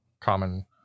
common